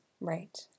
Right